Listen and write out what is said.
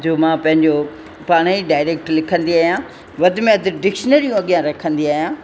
जो मां पंहिंजो पाण ई डायरेक्ट लिखंदी आहियां वध में वधि डिक्शनरियूं अॻियां रखंदी आहियां